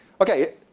Okay